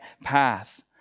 path